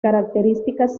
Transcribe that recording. características